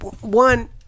One